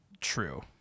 true